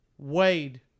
Wade